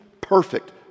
perfect